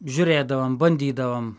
žiūrėdavom bandydavom